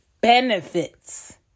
benefits